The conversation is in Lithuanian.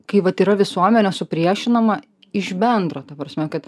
kai vat yra visuomenė supriešinama iš bendro ta prasme kad